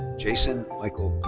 jason michael